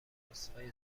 مرزهای